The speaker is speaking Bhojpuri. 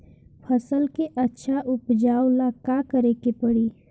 फसल के अच्छा उपजाव ला का करे के परी?